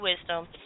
Wisdom